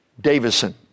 Davison